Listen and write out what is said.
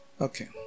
Okay